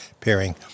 pairing